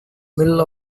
middle